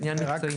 זה עניין מקצועי.